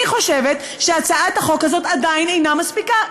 אני חושבת שהצעת החוק הזאת עדיין אינה מספיקה.